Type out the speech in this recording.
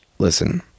Listen